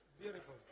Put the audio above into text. Beautiful